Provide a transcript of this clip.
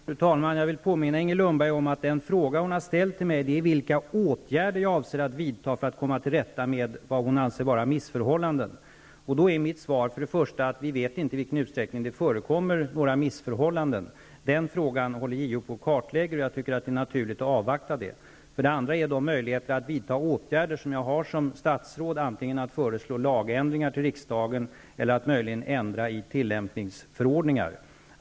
Fru talman! Jag vill påminna Inger Lundberg om att den fråga som hon ställde till mig handlade om vilka åtgärder jag avser att vidta för att komma till rätta med vad hon anser vara missförhållanden. Då är mitt svar för det första att vi inte vet i vilken utsträckning det förekommer några missförhållanden. Den frågan håller JO på att kartlägga, och det är naturligt att avvakta JO:s ställningstagande. För det andra är de möjligheter att vidta åtgärder som jag som statsråd har antingen att föreslå lagändringar till riksdagen eller att ändra i tillämpningsförordningar.